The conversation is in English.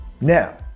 Now